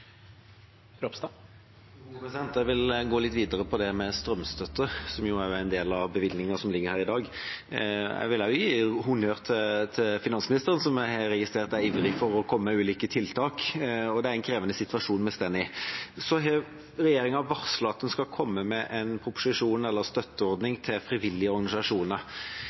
Jeg vil gå litt videre med dette som gjelder strømstøtte, som jo er en del av bevilgningen som ligger her i dag. Jeg vil også gi honnør til finansministeren, som jeg har registrert er ivrig etter å komme med ulike tiltak. Det er en krevende situasjon vi står i. Regjeringa har varslet at den skal komme med en proposisjon – en støtteordning til frivillige organisasjoner.